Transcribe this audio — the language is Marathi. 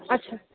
अच्छा